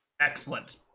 Excellent